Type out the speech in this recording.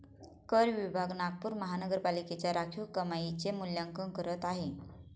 कर विभाग नागपूर महानगरपालिकेच्या राखीव कमाईचे मूल्यांकन करत आहे